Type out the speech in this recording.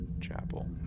Chapel